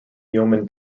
yeoman